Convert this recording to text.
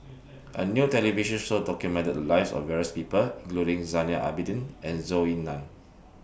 A New television Show documented The Lives of various People including Zainal Abidin and Zhou Ying NAN